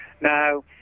Now